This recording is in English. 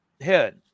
head